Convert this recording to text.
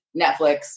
netflix